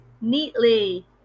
neatly